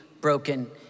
broken